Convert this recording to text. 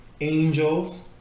Angels